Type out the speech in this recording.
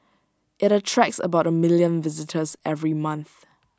IT attracts about A million visitors every month